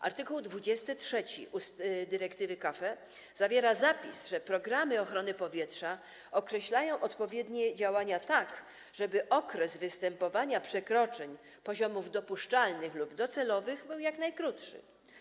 Art. 23 dyrektywy CAFE zawiera zapis, że programy ochrony powietrza określają odpowiednie działania tak, żeby okres występowania przekroczeń poziomów dopuszczalnych lub docelowych był jak najkrótszy.